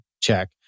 Check